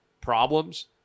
Problems